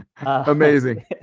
amazing